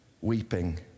weeping